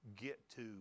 get-to